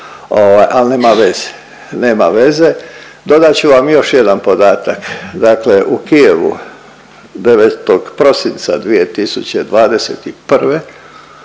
nema veze. Dodat ću vam još jedan podatak, dakle u Kijevu 9. prosinca 2021.